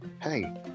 Hey